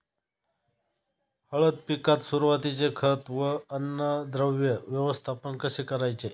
हळद पिकात सुरुवातीचे खत व अन्नद्रव्य व्यवस्थापन कसे करायचे?